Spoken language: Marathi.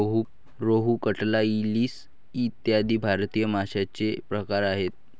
रोहू, कटला, इलीस इ भारतीय माशांचे प्रकार आहेत